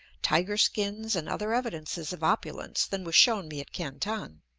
tiger-skins, and other evidences of opulence than was shown me at canton.